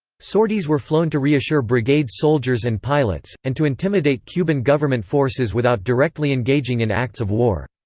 sorties were flown to reassure brigade soldiers and pilots, and to intimidate cuban government forces without directly engaging in acts of war.